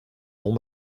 mon